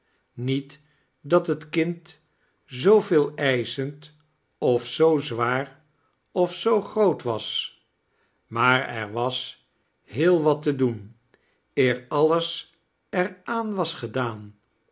niet dat het kind zoo veeleischend of zoo zwaar of zoo groot was maar er was heel wat te doein eer alles er aan was gedaan